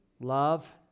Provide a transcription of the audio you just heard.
Love